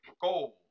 gold